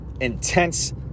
intense